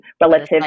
relative